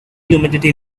humidity